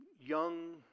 young